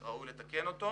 טרם תוקן.